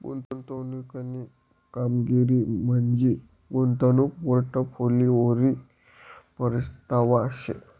गुंतवणूकनी कामगिरी म्हंजी गुंतवणूक पोर्टफोलिओवरी परतावा शे